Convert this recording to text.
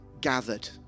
gathered